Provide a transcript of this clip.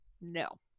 No